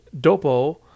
Dopo